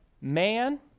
man